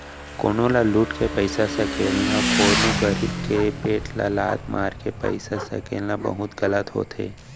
कोनो ल लुट के पइसा सकेलना, कोनो गरीब के पेट ल लात मारके पइसा सकेलना बहुते गलत होथे